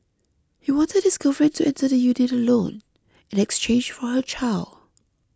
he wanted his girlfriend to enter the unit alone in exchange for her child